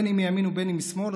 אם מימין ואם משמאל,